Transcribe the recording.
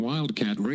Wildcat